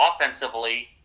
offensively